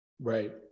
Right